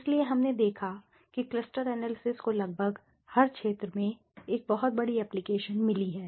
इसलिए हमने देखा कि क्लस्टर एनालिसिस को लगभग हर क्षेत्र में एक बहुत बड़ी एप्लीकेशन मिली है